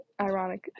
Ironic